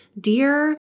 Dear